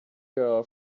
girl